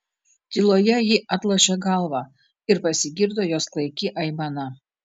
tyloje ji atlošė galvą ir pasigirdo jos klaiki aimana